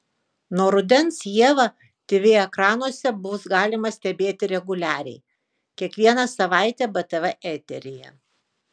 nuo rudens ievą tv ekranuose bus galima stebėti reguliariai kiekvieną savaitę btv eteryje